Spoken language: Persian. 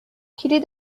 کلید